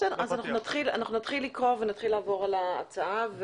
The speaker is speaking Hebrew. אנחנו נתחיל לקרוא ונתחיל לעבור על ההצעה.